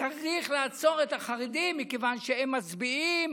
צריך לעצור את החרדים מכיוון שהם מצביעים